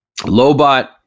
Lobot